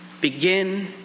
begin